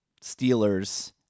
Steelers